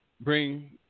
bring